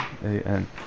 A-N